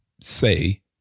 say